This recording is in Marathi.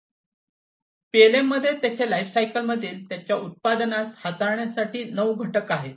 तर पीएलएममध्ये त्याच्या लाइफसायकल मधील त्याच्या उत्पादनास हाताळण्यासाठी नऊ घटक आहेत